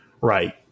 Right